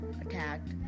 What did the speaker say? attacked